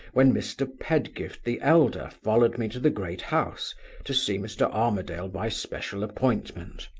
when mr. pedgift the elder followed me to the great house to see mr. armadale by special appointment.